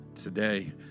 today